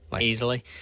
Easily